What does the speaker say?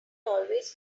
always